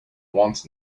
want